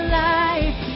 life